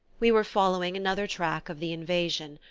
we were following another track of the invasion,